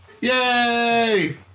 Yay